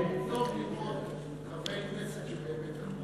טוב לראות חברי כנסת שהם באמת נחמדים.